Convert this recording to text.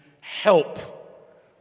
help